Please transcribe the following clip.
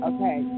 Okay